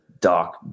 dark